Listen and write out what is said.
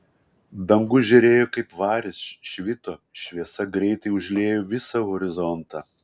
dangus žėrėjo kaip varis švito šviesa greitai užliejo visą horizontą